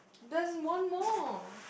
there's one more